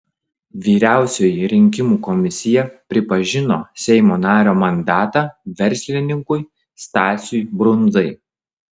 vyriausioji rinkimų komisija pripažino seimo nario mandatą verslininkui stasiui brundzai